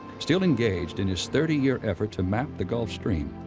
still engaged in his thirty year effort to map the gulf stream.